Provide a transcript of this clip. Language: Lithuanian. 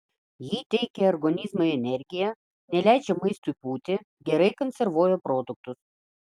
ji teikia organizmui energiją neleidžia maistui pūti gerai konservuoja produktus